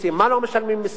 מה לא משלמים מסים?